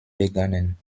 begannen